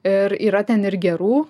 ir yra ten ir gerų